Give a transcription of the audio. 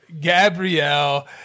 Gabrielle